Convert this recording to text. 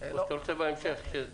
או בהמשך?